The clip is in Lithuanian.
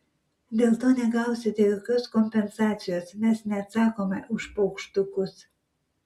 dėl to negausite jokios kompensacijos mes neatsakome už paukštukus